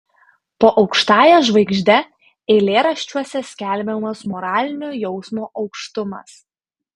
po aukštąja žvaigžde eilėraščiuose skelbiamas moralinio jausmo aukštumas